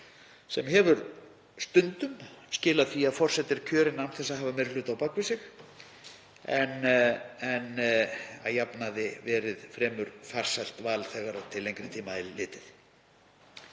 sem hefur stundum skilað því að forseti er kjörinn án þess að hafa meiri hluta á bak við sig en að jafnaði verið fremur farsælt val þegar til lengri tíma er litið.